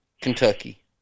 Kentucky